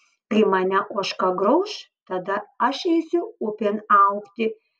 kai mane ožka grauš tada aš eisiu upėn augti